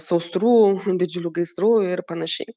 sausrų didžiulių gaisrų ir panašiai